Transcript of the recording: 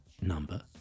number